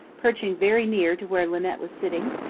perching very near to where linnet was sitting.